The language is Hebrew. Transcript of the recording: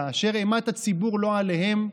כאשר אימת הציבור לא עליהם,